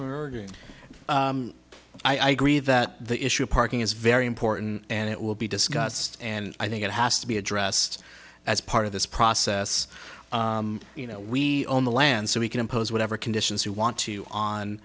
i agree that the issue of parking is very important and it will be discussed and i think it has to be addressed as part of this process you know we own the land so we can impose whatever conditions you want to on